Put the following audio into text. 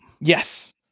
Yes